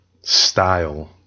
style